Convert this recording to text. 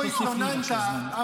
תוסיף לי, בבקשה, זמן.